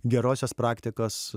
gerosios praktikos